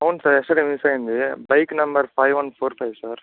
అవును sir yesterday miss అయింది bike number five one four five sir